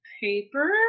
paper